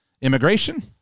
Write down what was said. immigration